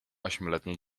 ośmioletniej